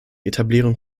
etablierung